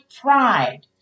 pride